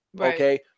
Okay